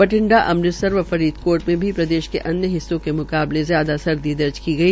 बबिठा अमृतसर व फरीदकोट में भी प्रदेश के अन्य हिस्सों के मुकाबले ज्यादा सर्दी दर्ज की गई